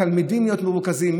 התלמידים צריכים להיות מרוכזים,